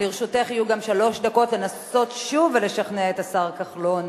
לרשותך יהיו שלוש דקות לנסות שוב לשכנע את השר כחלון,